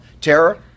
terror